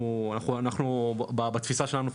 אנחנו בתפיסה שלנו לפחות,